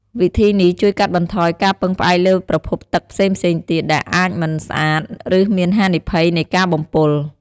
វិធីនេះជួយកាត់បន្ថយការពឹងផ្អែកលើប្រភពទឹកផ្សេងៗទៀត ដែលអាចមិនស្អាត ឬមានហានិភ័យនៃការបំពុល។